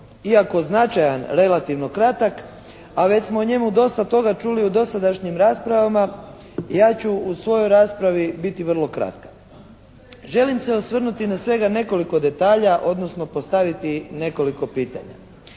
iako značajan relativno kratak, a već smo o njemu dosta toga čuli u dosadašnjim raspravama ja ću u svojoj raspravi biti vrlo kratka. Želim se osvrnuti na svega nekoliko detalja, odnosno postaviti nekoliko pitanja.